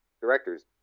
directors